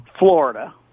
Florida